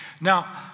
Now